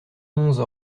onze